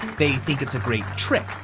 they think it's a great trick,